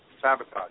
sabotage